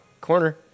corner